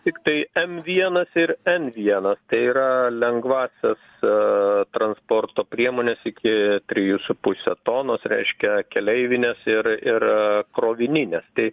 tiktai m vienas ir n vienas tai yra lengvąsias transporto priemones iki trijų su puse tonos reiškia keleivines ir ir krovinines tai